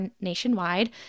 nationwide